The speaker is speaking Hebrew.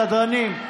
סדרנים,